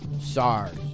SARS